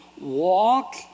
walk